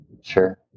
sure